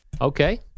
Okay